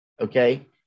okay